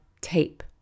tape